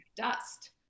dust